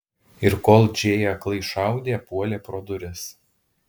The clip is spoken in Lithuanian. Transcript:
ir kol džėja aklai šaudė puolė pro duris